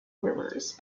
rivers